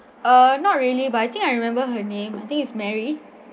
uh not really but I think I remember her name I think is mary